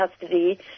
custody